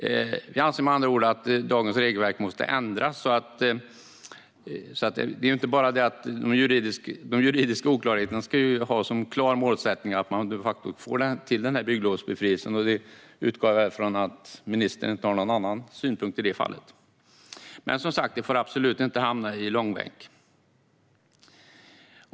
Vi anser med andra ord att dagens regelverk måste ändras. När det gäller de juridiska oklarheterna ska man ha som klar målsättning att de facto få till denna bygglovsbefrielse. Jag utgår från att ministern inte har någon annan synpunkt i det fallet. Men, som sagt, det får absolut inte hamna i långbänk.